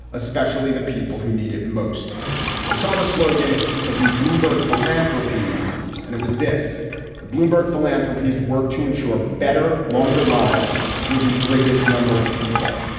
especially the people who need it most they saw the slogan of the bloomberg philanthropy's and it was this bloomberg philanthropies work to ensure better, longer lives for the greatest number of people.